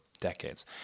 decades